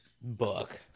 book